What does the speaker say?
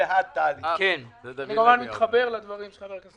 אני מתחבר לדברים של חבר הכנסת